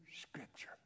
scripture